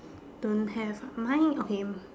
don't have ah mine okay